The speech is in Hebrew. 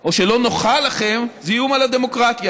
או שלא נוחה לכם זה איום על הדמוקרטיה.